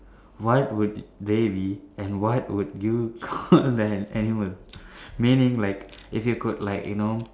what would they be and what would you an animal meaning like if you could like you know